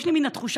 יש לי מין תחושה,